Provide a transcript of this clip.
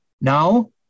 Now